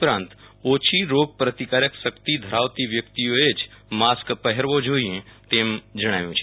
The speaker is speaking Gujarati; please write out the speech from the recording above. ઉપરાંત ઓછી રોગ પ્રતિકારક શક્તિ ધરાવતા વ્યક્તિઓને જ માસ્ક પહેરવો જોઈએ તેમ જણાવ્યુ છે